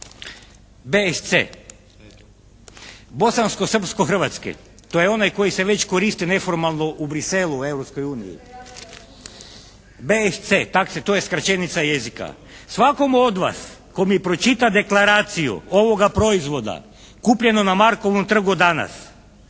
Bosansko-srpsko-hrvatski, to je onaj koji se već koristi u Bruxelessu u Europskoj uniji. BSC, to je skraćenica jezika. Svakome od vas tko mi pročita deklaraciju ovoga proizvoda kupljeno na Markovom trgu danas